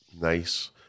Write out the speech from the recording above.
Nice